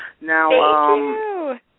Now